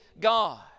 God